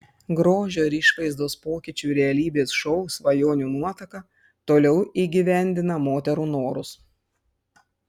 grožio ir išvaizdos pokyčių realybės šou svajonių nuotaka toliau įgyvendina moterų norus